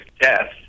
death